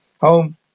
home